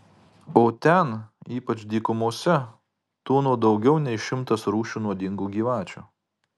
o ten ypač dykumose tūno daugiau nei šimtas rūšių nuodingų gyvačių